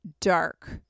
dark